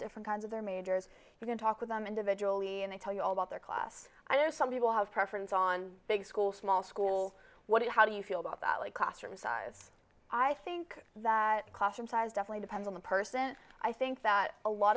different kinds of their majors you can talk with them individually and they tell you all about their class i don't know some people have preference on big school small school what how do you feel about that like classroom size i think that classroom size definitely depends on the person i think that a lot